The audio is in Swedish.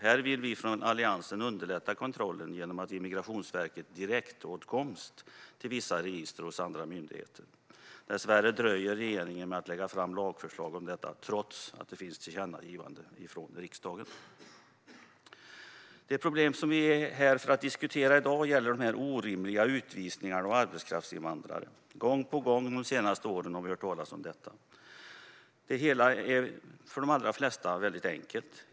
Här vill vi från Alliansen underlätta kontrollen genom att ge Migrationsverket direktåtkomst till vissa register hos andra myndigheter. Dessvärre dröjer regeringen med att lägga fram lagförslag om detta, trots att det finns ett tillkännagivande från riksdagen. Det problem som vi är här för att diskutera i dag gäller orimliga utvisningar av arbetskraftsinvandrare. Gång på gång har vi under de senaste åren hört talas om detta. Det hela är för de allra flesta väldigt enkelt.